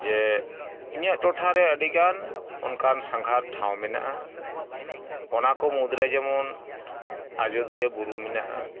ᱡᱮ ᱤᱧᱟᱹᱜ ᱴᱚᱴᱷᱟᱨᱮ ᱟᱹᱰᱤᱜᱟᱱ ᱚᱱᱠᱟᱱ ᱥᱟᱸᱜᱷᱟᱨ ᱴᱷᱟᱶ ᱢᱮᱱᱟᱜᱼᱟ ᱚᱱᱟᱠᱚ ᱢᱩᱫᱽᱨᱮ ᱡᱮᱢᱚᱱ ᱟᱡᱚᱫᱤᱭᱟᱹ ᱵᱩᱨᱩ ᱢᱮᱱᱟᱜᱼᱟ